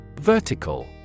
Vertical